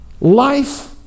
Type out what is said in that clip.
life